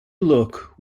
look